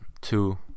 two